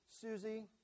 Susie